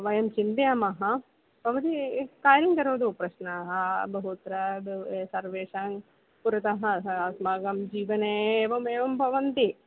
वयं चिन्तयामः भवती एकं कार्यं करोतु प्रश्नाः बहुत्र सर्वेषां पुरतः अस्माकं जीवने एवमेव भवति